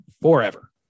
forever